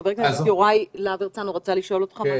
חבר הכנסת יוראי להב הרצנו רצה לשאול אותך שאלה.